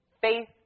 faith